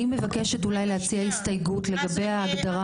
אני מבקשת אולי להציע הסתייגות לגבי ההגדרה.